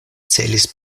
celis